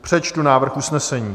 Přečtu návrh usnesení: